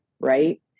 Right